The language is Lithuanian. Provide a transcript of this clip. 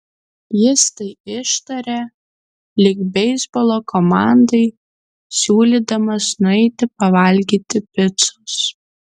jis tai ištarė lyg beisbolo komandai siūlydamas nueiti pavalgyti picos